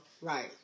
right